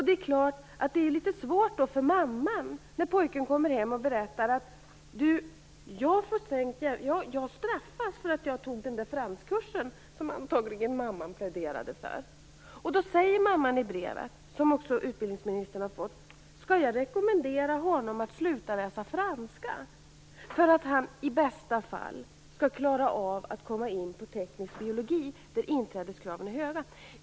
Det är självklart litet svårt för mamman när pojken kommer hem och berättar att han straffas för att han valde den franskkurs som mamman antagligen pläderade för. Mamman skriver i sitt brev, som också utbildningsministern har fått: Skall jag rekommendera honom att sluta läsa franska för att han i bästa fall skall klara av att komma in på teknisk biologi, där inträdeskraven är höga?